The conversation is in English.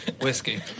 Whiskey